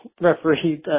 referee